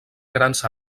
grans